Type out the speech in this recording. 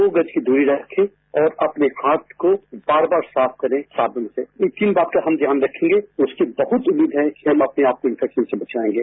दो गज की दूरी रखें और अपने हाथ को बार बार साफ करे साबुन से इसी बात का हम ध्यान रखेंगे उसी बहुत उम्मीद है कि हम अपने आप को इंफेक्शन से बचाएंगे